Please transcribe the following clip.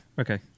Okay